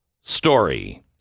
story